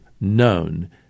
known